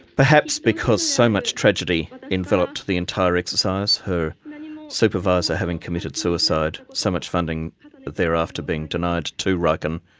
perhaps because so much tragedy enveloped the entire exercise her supervisor having committed suicide, so much funding thereafter being denied to riken.